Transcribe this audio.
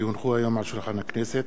כי הונחו היום על שולחן הכנסת,